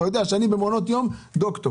אתה יודע שאני במעונות יום דוקטור,